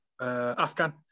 Afghan